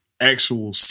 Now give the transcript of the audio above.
actual